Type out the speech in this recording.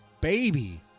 baby